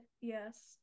yes